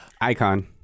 icon